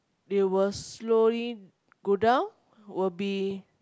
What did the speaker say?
you will slowly go down will be